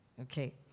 Okay